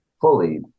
fully